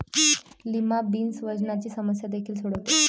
lima beans वजनाची समस्या देखील सोडवते